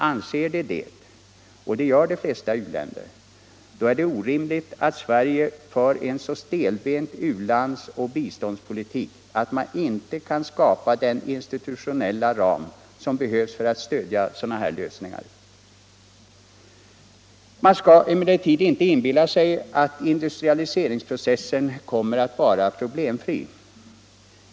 Anser de det — och det gör de flesta u-länder — är det orimligt att Sverige för en så stelbent u-landsoch biståndspolitik att man inte kan skapa den institutionella ram som behövs för. att stödja sådana lösningar. Man skall emellertid inte inbilla sig att industrialiseringsprocessen kommer att vara problemfri.